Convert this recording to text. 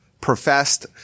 professed